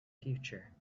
future